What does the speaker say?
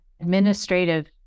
administrative